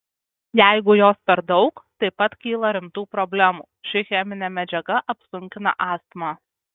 jeigu jos per daug taip pat kyla rimtų problemų ši cheminė medžiaga apsunkina astmą